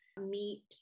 meet